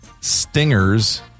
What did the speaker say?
stingers